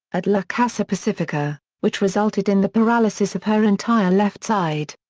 at la casa pacifica, which resulted in the paralysis of her entire left side.